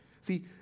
See